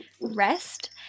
rest